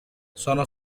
sono